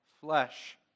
flesh